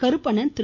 Karuppanan Thiru